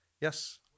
Yes